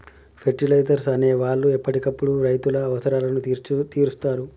fertilisers అనే వాళ్ళు ఎప్పటికప్పుడు రైతుల అవసరాలను తీరుస్తారు